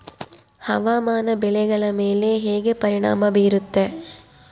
ಹವಾಮಾನ ಬೆಳೆಗಳ ಮೇಲೆ ಹೇಗೆ ಪರಿಣಾಮ ಬೇರುತ್ತೆ?